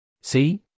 See